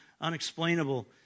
unexplainable